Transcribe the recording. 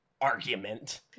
Argument